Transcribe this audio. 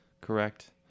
correct